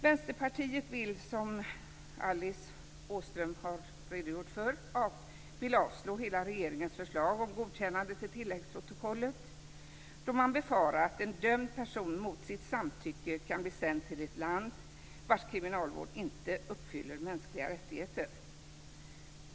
Vänsterpartiet vill, som Alice Åström har redogjort för, att hela regeringens förslag om godkännande av tilläggsprotokollet ska avslås eftersom man befarar att en dömd person mot sitt samtycke kan bli sänd till ett land vars kriminalvård inte uppfyller mänskliga rättigheter.